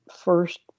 first